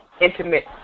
intimate